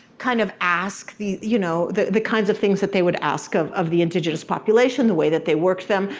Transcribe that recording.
kind of ask the you know the kinds of things that they would ask of of the indigenous population, the way that they worked them.